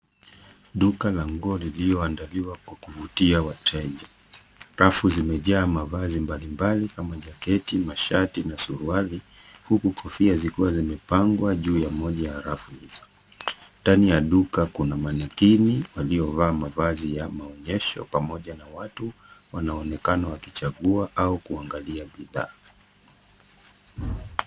Duka la nguo lililoandalia kwa kuvutia wateja. Rafu zimejaa mavazi mbalimbali kama jaketi, mashati na suruali huku kofia zikiwa zimepangwa juu ya moja ya rafu hizo. Ndani ya duka kuna manekeni waliovaa mavazi ya maonyesho pamoja na watu wanaonekana wakichagua au kuangalia bidhaa.